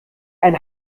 ein